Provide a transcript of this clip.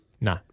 No